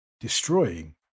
destroying